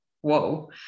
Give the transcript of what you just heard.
whoa